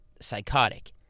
psychotic